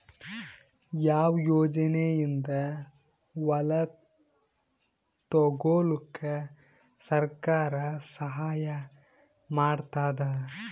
ಯಾವ ಯೋಜನೆಯಿಂದ ಹೊಲ ತೊಗೊಲುಕ ಸರ್ಕಾರ ಸಹಾಯ ಮಾಡತಾದ?